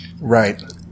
right